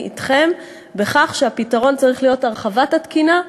אני אתכם בכך שהפתרון צריך להיות הרחבת התקינה,